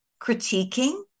critiquing